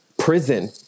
prison